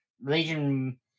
Legion